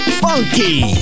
funky